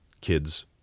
kids